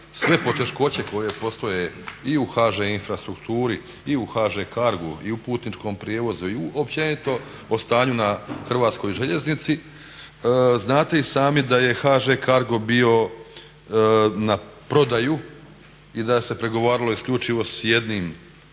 sve poteškoće koje postoje i u HŽ-Infrastrukturi i u HŽ-Cargu i u Putničkom prijevozu i općenito o stanju na hrvatskoj željeznici. Znate i sami da je HŽ-Cargo bio na prodaju i da se pregovaralo isključivo s jednim